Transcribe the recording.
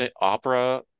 opera